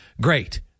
great